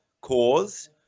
cause